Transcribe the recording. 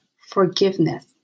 forgiveness